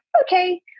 okay